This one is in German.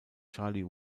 charlie